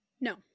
No